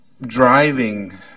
driving